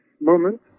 moment